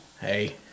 hey